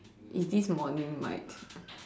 it's this morning Mike